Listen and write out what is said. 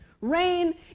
Rain